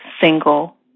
single